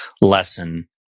lesson